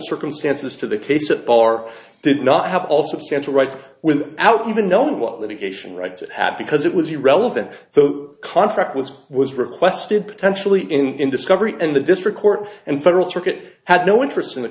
circumstances to the case at bar did not have also a schedule right with out even knowing what litigation rights have because it was irrelevant the contract was was requested potentially in in discovery and the district court and federal circuit had no interest in the